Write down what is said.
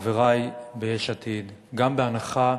חברי ביש עתיד, גם בהנחה